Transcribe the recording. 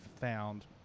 found